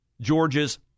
George's